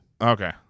Okay